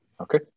Okay